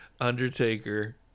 undertaker